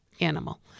animal